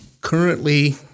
Currently